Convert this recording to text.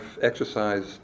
exercise